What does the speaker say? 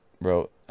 wrote